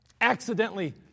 accidentally